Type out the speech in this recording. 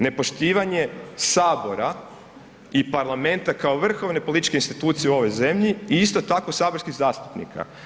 Nepoštivanje sabora i parlamenta kao vrhovne političke institucije u ovoj zemlji i isto tako saborskih zastupnika.